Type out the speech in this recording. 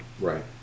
Right